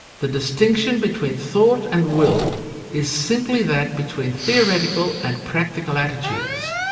the distinction between thought and will is simply that between theoretical and practical attitudes.